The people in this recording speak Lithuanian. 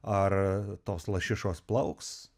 ar tos lašišos plauks